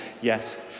yes